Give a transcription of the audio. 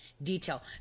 Detail